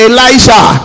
Elijah